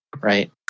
right